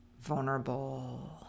vulnerable